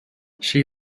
she